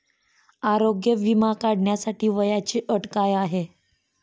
आरोग्य विमा काढण्यासाठी वयाची अट काय आहे?